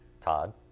Todd